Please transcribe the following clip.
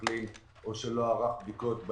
לא מחלימים ולא עברו בדיקת PCR כן יכולים להיכנס.